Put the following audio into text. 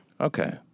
Okay